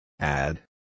Add